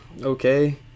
okay